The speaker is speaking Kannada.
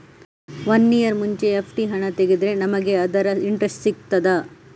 ವನ್ನಿಯರ್ ಮುಂಚೆ ಎಫ್.ಡಿ ಹಣ ತೆಗೆದ್ರೆ ನಮಗೆ ಅದರ ಇಂಟ್ರೆಸ್ಟ್ ಸಿಗ್ತದ?